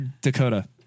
Dakota